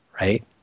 right